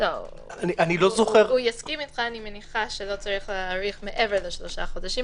אני מניחה שיסכים אתך לא להאריך מעבר לשלושה חודשים,